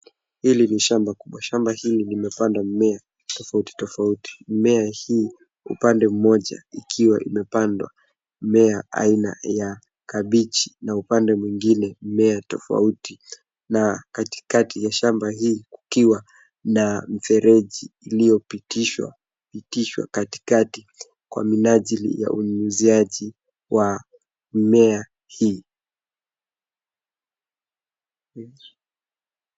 Hili ni shamba kubwa. Shamba hili limepandwa mimea tofauti tofauti. Mimea hii upande mmoja, ikiwa imepandwa mmea aina ya kabiji na upande mwingine, mimea tofauti na katikati ya shamba hii, kukiwa na mifereji ilyopitishwa, pitishwa katikati kwa minajili ya unyunyiziaji wa mimea hii.